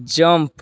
jump